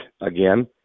again